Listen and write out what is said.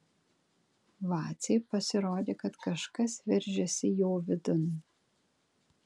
vacei pasirodė kad kažkas veržiasi jo vidun